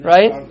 Right